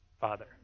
Father